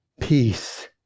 peace